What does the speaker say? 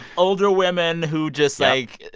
older women who just, like,